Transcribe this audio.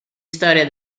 storia